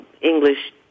English